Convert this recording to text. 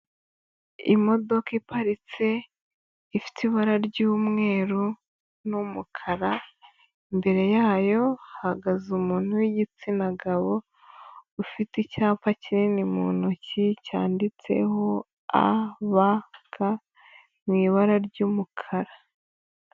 Imodoka iparitse, ifite ibara ry'umweru n'umukara, imbere yayo hahagaze umuntu w'igitsina gabo, ufite icyapa kinini mu ntoki, cyanditseho a b k mu ibara ry'umukara.